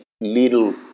little